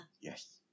Yes